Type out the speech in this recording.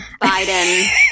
Biden